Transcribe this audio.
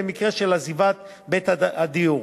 במקרה של עזיבת בית הדיור,